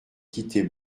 quittés